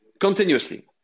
continuously